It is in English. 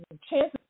chances